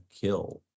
kill